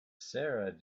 sarah